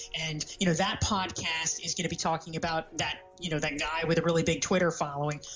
and you know that podcast is going to be talking about that you know that guy with a really big twitter following,